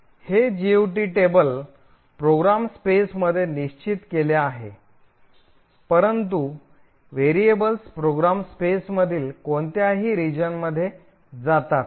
हे GOT table program स्पेसमध्ये निश्चित केले आहे परंतु व्हेरिएबल्स प्रोग्राम स्पेसमधील कोणत्याही प्रदेशात जातात